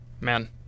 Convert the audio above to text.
man